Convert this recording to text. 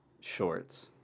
shorts